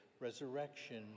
resurrection